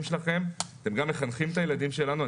שלכם אלא אתם גם מחנכים את הילדים שלנו.